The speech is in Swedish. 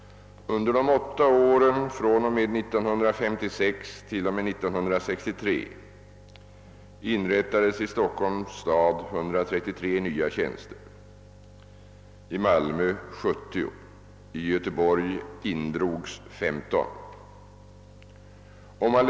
Under de åtta åren fr.o.m. 1956 t.o.m. 1963 inrättades i Stockholm 133 nya tjänster och i Malmö 70. Däremot indrogs 15 tjänster i Göteborg.